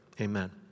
Amen